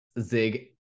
Zig